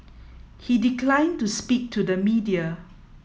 he declined to speak to the media